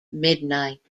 midnight